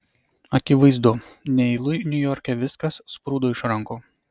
akivaizdu neilui niujorke viskas sprūdo iš rankų